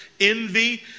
Envy